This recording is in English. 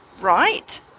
right